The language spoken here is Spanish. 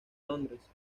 londres